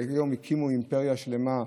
והיום, הקימו אימפריה שלמה,